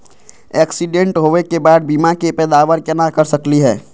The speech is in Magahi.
एक्सीडेंट होवे के बाद बीमा के पैदावार केना कर सकली हे?